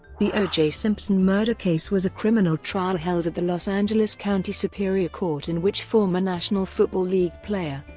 the o. j. simpson murder case was a criminal trial held at the los angeles county superior court in which former national football league player,